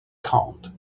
calmed